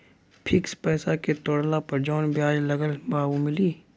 Fix पैसा के तोड़ला पर जवन ब्याज लगल बा उ मिली?